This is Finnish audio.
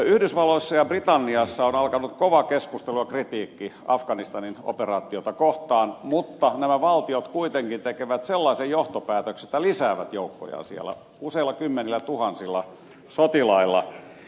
yhdysvalloissa ja britanniassa on alkanut kova keskustelu ja kritiikki afganistanin operaatiota kohtaan mutta nämä valtiot kuitenkin tekevät sellaisen johtopäätöksen että lisäävät joukkojaan siellä useilla kymmenillätuhansilla sotilailla